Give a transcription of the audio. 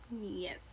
Yes